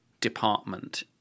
department